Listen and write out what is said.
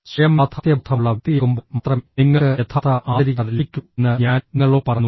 സ്വയം യാഥാർത്ഥ്യബോധമുള്ള വ്യക്തിയാകുമ്പോൾ മാത്രമേ നിങ്ങൾക്ക് യഥാർത്ഥ ആന്തരികത ലഭിക്കൂ എന്ന് ഞാൻ നിങ്ങളോട് പറയുന്നു